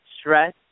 stress